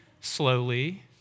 slowly